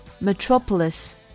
Metropolis